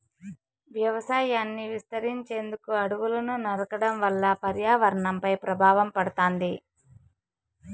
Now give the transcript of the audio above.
వ్యవసాయాన్ని విస్తరించేందుకు అడవులను నరకడం వల్ల పర్యావరణంపై ప్రభావం పడుతాది